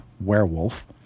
werewolf